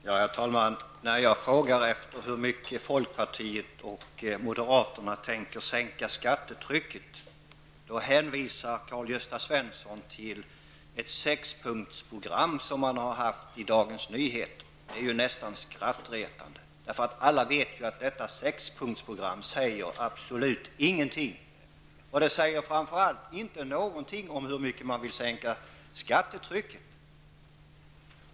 Herr talman! När jag frågar med hur mycket folkpartiet och moderaterna tänker sänka skattetrycket, då hänvisar Karl-Gösta Svenson till ett sexpunktsprogram som han har fått infört i ett nummer av Dagens Nyheter. Det är nästan skrattretande. Alla vet ju att detta sexpunktsprogram absolut inte säger någonting. Framför allt säger det ingenting om hur mycket man vill sänka skattetrycket.